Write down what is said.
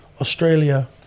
australia